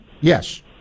Yes